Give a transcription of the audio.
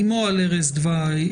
אמו על ערש דווי,